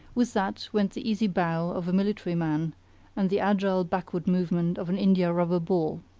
with that went the easy bow of a military man and the agile backward movement of an india-rubber ball.